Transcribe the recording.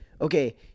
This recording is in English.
okay